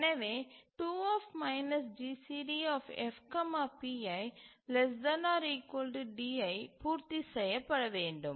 எனவே 2F GCD F pi ≤ di பூர்த்தி செய்யப்பட வேண்டும்